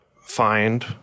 find